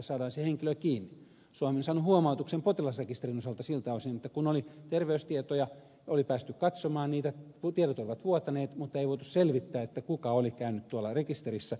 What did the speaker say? suomi on saanut huomautuksen potilasrekisterin osalta siltä osin että kun oli terveystietoja oli päästy katsomaan niitä tiedot olivat vuotaneet niin ei voitu selvittää kuka oli käynyt siellä rekisterissä